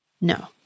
No